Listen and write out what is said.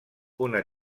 una